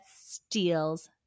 steals